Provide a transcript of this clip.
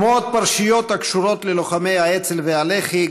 כמו עוד פרשיות הקשורות ללוחמי האצ"ל והלח"י,